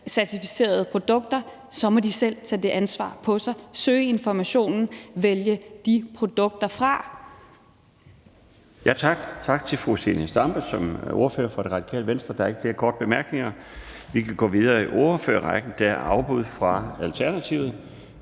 halalcertificerede produkter, så må de selv tage det ansvar på sig, søge informationen og vælge de produkter fra.